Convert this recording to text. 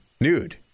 Nude